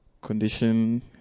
condition